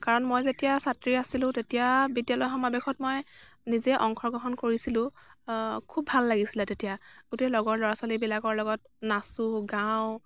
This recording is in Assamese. কাৰণ মই যেতিয়া ছাত্ৰী আছিলোঁ তেতিয়া বিদ্য়ালয় সমাৱেশত মই নিজে অংশগ্ৰহণ কৰিছিলোঁ খুব ভাল লাগিছিলে তেতিয়া গোটেই লগৰ ল'ৰা ছোৱালীবিলাকৰ লগত নাচোঁ গাওঁ